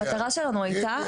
המטרה שלנו הייתה,